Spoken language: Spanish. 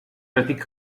creative